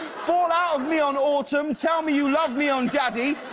fall ah me on au tm. tell me you love me on daddy,